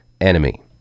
enemy